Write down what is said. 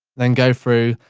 then go through,